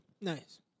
Nice